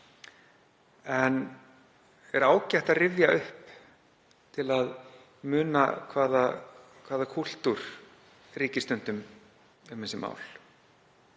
en ágætt að rifja það upp til að muna hvaða kúltúr ríkir stundum um þessi mál.